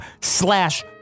slash